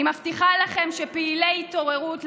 אני מבטיחה לכם שמפעילי התעוררות,